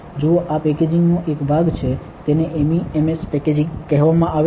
જુઓ આ પેકેજીંગ નો એક ભાગ છે તેને MEMS પેકેજિંગ કહેવામાં આવે છે